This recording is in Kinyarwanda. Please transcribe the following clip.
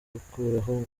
gukuraho